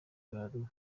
bantu